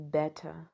better